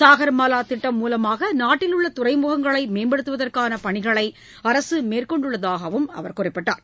சாகர்மாலா திட்டம் மூலமாக நாட்டிலுள்ள துறைமுகங்களை மேம்படுத்துவதற்கான பணிகளை அரசு மேற்கொண்டுள்ளதாகவும் தெரிவித்தார்